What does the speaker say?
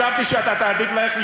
תתבייש לך.